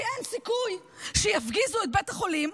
כי אין סיכוי שיפגיזו את בית החולים,